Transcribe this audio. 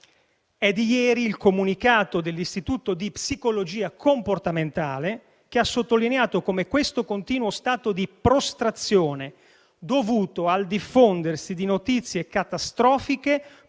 di ieri il comunicato dell'Istituto di psicologia comportamentale che ha sottolineato come questo continuo stato di prostrazione, dovuto al diffondersi di notizie catastrofiche,